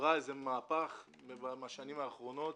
עברה מהפך בשנים האחרונות.